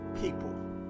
people